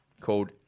called